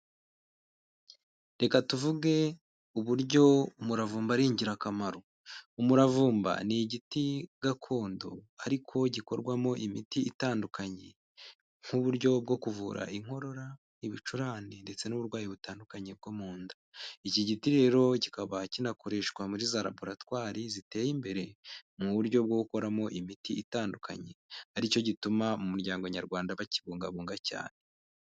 Reka tuvuge uburyo umuravumba ari ingirakamaro, umuravumba ni igiti gakondo ariko gikorwamo imiti itandukanye nk'uburyo bwo kuvura inkorora, ibicurane, ndetse n'uburwayi butandukanye bwo mu nda. Iki giti rero kikaba kinakoreshwa muri za raboratwari ziteye imbere mu buryo bwo gukoramo imiti itandukanye, ari cyo gituma mu muryango nyarwanda bakibungabunga cyane.